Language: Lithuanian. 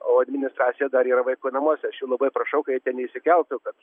o administracija dar yra vaikų namuose aš jų labai prašau ka jie ten neišsikeltų kad